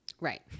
Right